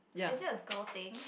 is it a girl thing